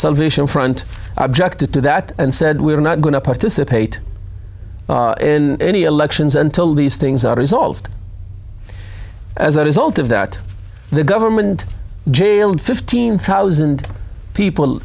salvation front objected to that and said we are not going to participate in any elections until these things are resolved as a result of that the government jailed fifteen thousand people